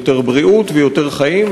יותר בריאות ויותר חיים.